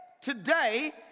Today